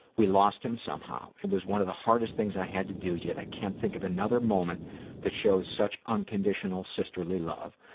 we lost him somehow. it was one of the hardest things i had to do yet i can't think of another moment that shows such unconditional sisterly love.